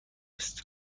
است